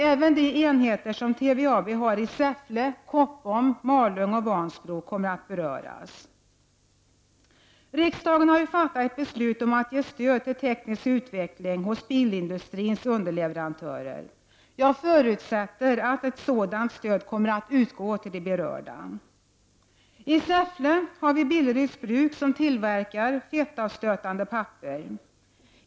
Även de enheter som TVAB har i Säffle, Koppom, Malung och Vansbro kommer att beröras. Riksdagen har ju fattat beslut om att ge stöd till teknisk utveckling beträffande bilindustrins underleverantörer. Jag förutsätter att det stödet kommer att utgå till de berörda. I Säffle har vi Billeruds bruk, som tillverkar fettavstötande papper.